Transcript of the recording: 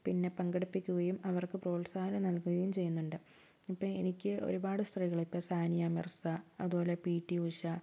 പിന്നെ പങ്കെടുപ്പിക്കുകയും അവർക്ക് പ്രോത്സാഹനം നൽകുകയും ചെയ്യുന്നുണ്ട് ഇപ്പം എനിക്ക് ഒരുപാട് സ്ത്രീകള് ഇപ്പം സാനിയ മിർസ അതുപോലെ പി റ്റി ഉഷ